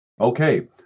Okay